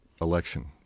election